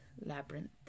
labyrinth